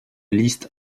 liste